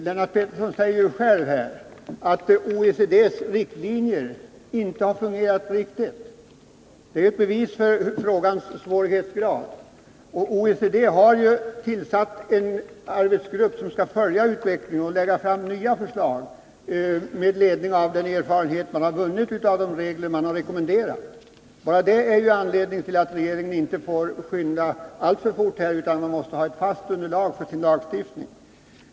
Lennart Pettersson säger själv här att OECD:s riktlinjer inte har fungerat riktigt bra — det är ju ett bevis på frågans svårighetsgrad. OECD har tillsatt en arbetsgrupp som skall följa utvecklingen och lägga fram nya förslag i enlighet med den erfarenhet man har vunnit av de regler som man har rekommenderat. Bara det ger anledning till att regeringen inte får skynda alltför fort, utan att den först måste ha ett fast underlag för sitt förslag till lagstiftning.